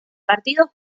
partido